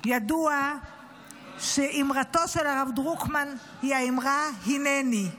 ידוע שאמרתו של הרב דרוקמן היא האמרה "הינני".